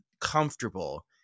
comfortable